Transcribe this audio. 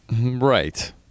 Right